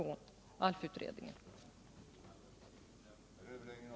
den det ej vill röstar nej. den det ej vill röstar nej.